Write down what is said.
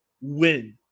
win